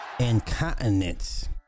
incontinence